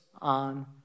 on